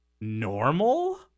normal